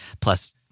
Plus